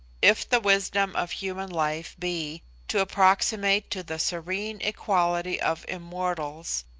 if the wisdom of human life be to approximate to the serene equality of immortals,